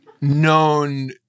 known